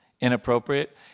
inappropriate